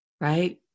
Right